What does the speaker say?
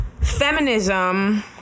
feminism